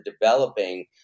developing